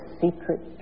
secret